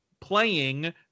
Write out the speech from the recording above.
playing